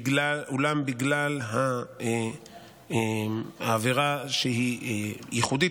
אולם בגלל העבירה שהיא ייחודית,